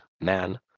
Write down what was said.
man